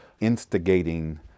instigating